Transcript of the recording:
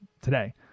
today